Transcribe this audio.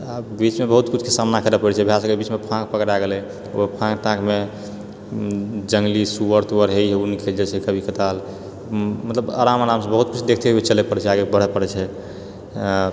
आ बीचमे बहुत किछुके सामना करऽ पड़ै छै भए सकैए बीचमे फाँक पकड़ै गेलै ओहि फाँक ताँकमे जङ्गली सुअर तुअर होइ ओ निकलि जाइ छै कभी कदाल मतलब आराम आरामसँ बहुत किछु देखते चलऽ पड़ै छै आगे बढ़ऽ पड़ै छै आ